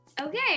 okay